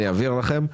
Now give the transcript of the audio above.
אני אעביר לכם.